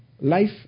life